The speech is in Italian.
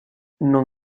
non